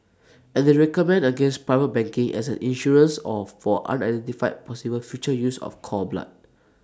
and they recommend against private banking as an insurance or for unidentified possible future use of cord blood